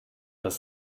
das